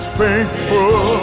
faithful